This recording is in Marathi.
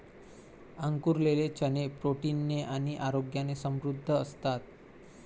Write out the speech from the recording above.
अंकुरलेले चणे प्रोटीन ने आणि आरोग्याने समृद्ध असतात